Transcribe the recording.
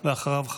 ואחריו,